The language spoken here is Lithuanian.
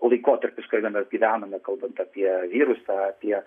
laikotarpis kada mes gyvename kalbant apie virusą apie